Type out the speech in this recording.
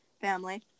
family